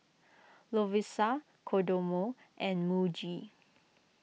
Lovisa Kodomo and Muji